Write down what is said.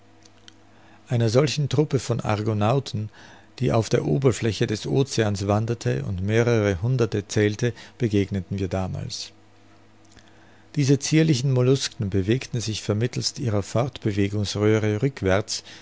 einer solchen truppe von argonauten die auf der oberfläche des oceans wanderte und mehrere hunderte zählte begegneten wir damals diese zierlichen mollusken bewegten sich vermittelst ihrer fortbewegungsröhre rückwärts